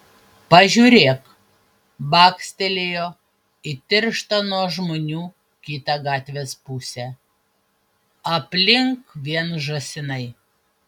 pažiūrėk bakstelėjo į tirštą nuo žmonių kitą gatvės pusę aplink vien žąsinai